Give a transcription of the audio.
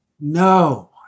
no